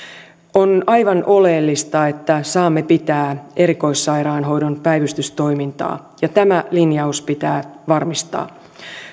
on aivan oleellista että saamme pitää erikoissairaanhoidon päivystystoimintaa ja tämä linjaus pitää varmistaa